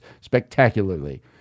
spectacularly